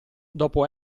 dopo